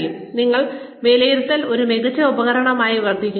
അതിനാൽ വിലയിരുത്തൽ ഒരു മികച്ച ഉപകരണമായി വർത്തിക്കുന്നു